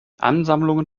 ansammlungen